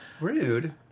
Rude